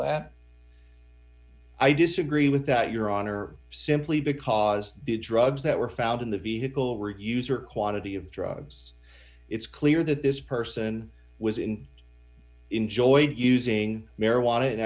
that i disagree with that your honor simply because the drugs that were found in the vehicle reviews or quantity of drugs it's clear that this person was in enjoyed using marijuana